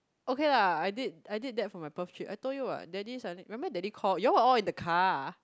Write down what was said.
okay lah I did I did that for my Perth trip I told you what daddy suddenly remember daddy call you all were all in the car